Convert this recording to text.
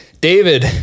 david